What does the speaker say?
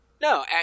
No